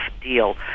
deal